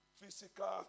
Physical